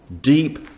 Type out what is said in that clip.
deep